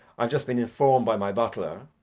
i've just been informed by my butler,